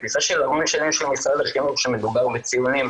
תפיסה של המון שנים של משרד החינוך שמדובר בציונים,